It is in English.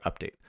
update